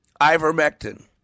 Ivermectin